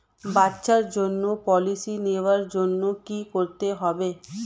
বাচ্চার জন্য পলিসি নেওয়ার জন্য কি করতে হবে?